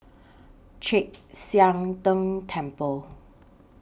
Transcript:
Chek Sian Tng Temple